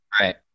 right